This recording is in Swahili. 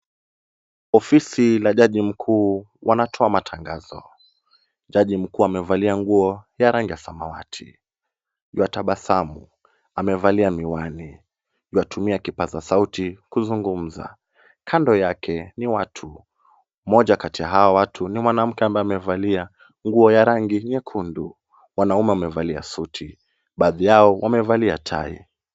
Ofisi la jaji mkuu wanatoa matangazo. Jaji mkuu amevalia nguo ya rangi ya samawati. Yuatabasamu, amevalia miwani, yuatumia kipaza sauti kuzungumza. Kando yake ni watu, mmoja kati ya hao watu ni mwanamke ambaye amevalia nguo ya rangi nyekundu. Wanaume wamevalia suti, baadhi yao wamevalia tai.